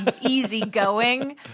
easygoing